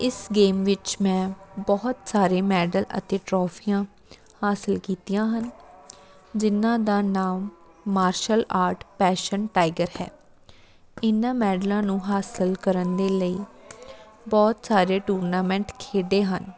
ਇਸ ਗੇਮ ਵਿੱਚ ਮੈਂ ਬਹੁਤ ਸਾਰੇ ਮੈਡਲ ਅਤੇ ਟਰੋਫੀਆਂ ਹਾਸਿਲ ਕੀਤੀਆਂ ਹਨ ਜਿਨ੍ਹਾਂ ਦਾ ਨਾਮ ਮਾਰਸ਼ਲ ਆਰਟ ਪੈਸ਼ਨ ਟਾਈਗਰ ਹੈ ਇੰਨ੍ਹਾਂ ਮੈਡਲਾਂ ਨੂੰ ਹਾਸਲ ਕਰਨ ਦੇ ਲਈ ਬਹੁਤ ਸਾਰੇ ਟੂਰਨਾਮੈਂਟ ਖੇਡੇ ਹਨ